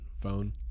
phone